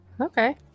Okay